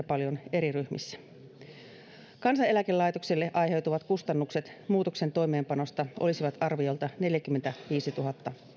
paljon eri ryhmissä kansaneläkelaitokselle aiheutuvat kustannukset muutoksen toimeenpanosta olisivat arviolta neljäkymmentäviisituhatta